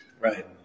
Right